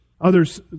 Others